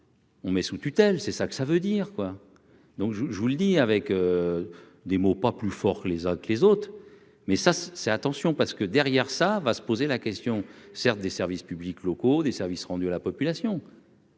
On met sous tutelle, c'est ça que ça veut dire quoi donc je, je vous le dis, avec des mots pas plus fort que les autres que les autres, mais ça c'est attention parce que derrière, ça va se poser la question, certes, des services publics locaux des services rendus à la population.